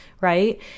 right